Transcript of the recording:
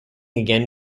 again